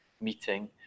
meeting